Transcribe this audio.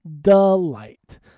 delight